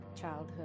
childhood